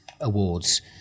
awards